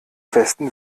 westen